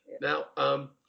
Now